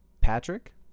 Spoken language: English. Patrick